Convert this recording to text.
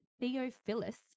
Theophilus